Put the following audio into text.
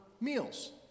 meals